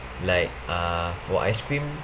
like uh for ice cream